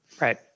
Right